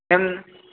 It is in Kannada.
ಎನ್